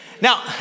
now